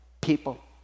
people